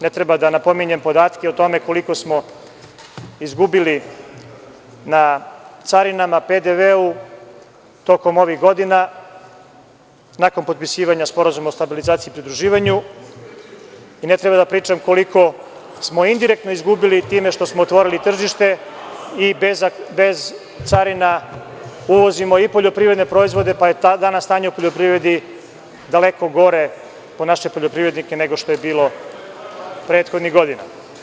Ne treba da napominjem podatke o tome koliko smo izgubili na carinama, PDV-u tokom ovih godina, a nakon potpisivanja Sporazuma o stabilizaciji i pridruživanju i ne treba da pričam koliko smo indirektno izgubili time što smo otvorili tržište i bez carina uvozimo i poljoprivredne proizvode, pa je danas stanje u poljoprivredi daleko gore po naše poljoprivrednike nego što je bilo prethodnih godina.